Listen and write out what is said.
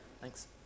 Thanks